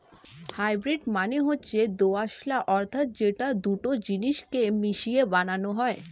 hybrid মানে হচ্ছে দোআঁশলা অর্থাৎ যেটা দুটো জিনিস কে মিশিয়ে বানানো হয়